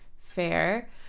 Fair